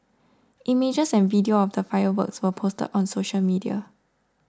images and video of the fireworks were posted on social media